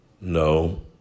No